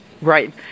Right